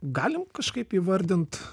galim kažkaip įvardint